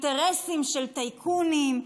האינטרסים של טייקונים,